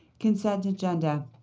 consent agenda.